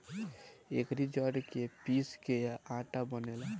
एकरी जड़ के पीस के आटा बनेला